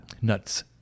Nuts